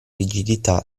rigidità